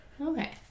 Okay